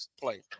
play